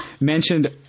mentioned